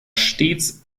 stets